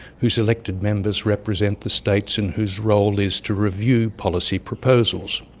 whose elected members represent the states and whose role is to review policy proposals.